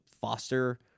foster